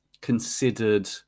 considered